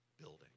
building